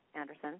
Anderson